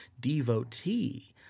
devotee